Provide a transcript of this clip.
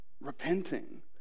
repenting